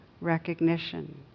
recognition